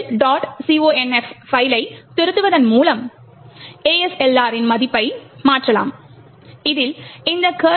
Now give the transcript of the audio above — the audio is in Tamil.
conf பைல்லை திருத்துவதன் மூலம் ASLR இன் மதிப்பை மாற்றலாம் இதில் இந்த kernel